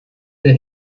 der